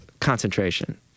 concentration